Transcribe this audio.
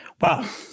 Wow